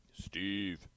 Steve